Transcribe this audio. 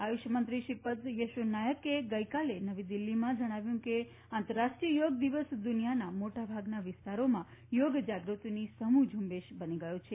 આયુષમંત્રી શ્રીપદ યશો નાઇકે ગઇકાલે નવી દિલ્હીમાં જણાવ્યું કે આંતરરાષ્ટ્રીય યોગ દિવસ દૂનિયાના મોટાભાગના વિસ્તારોમાં યોગ જાગૃતિની સમૂહ ઝૂંબેશ બની ગયો છે